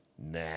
Nah